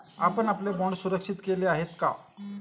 आपण आपले बाँड सुरक्षित केले आहेत का?